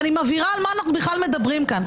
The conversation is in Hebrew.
אני מבהירה על מה אנחנו בכלל מדברים כאן.